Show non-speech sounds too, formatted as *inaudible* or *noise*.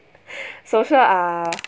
*breath* social uh